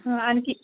हां आणखी